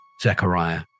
Zechariah